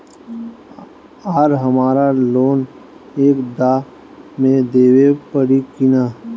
आर हमारा लोन एक दा मे देवे परी किना?